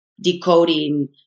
decoding